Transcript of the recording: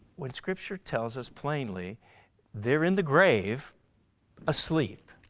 when scripture tells us plainly they are in the grave asleep?